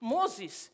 Moses